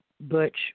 Butch